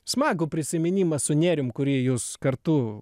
smagų prisiminimą su nėrium kurį jūs kartu